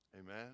Amen